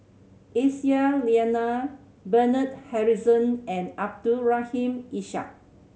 Aisyah Lyana Bernard Harrison and Abdul Rahim Ishak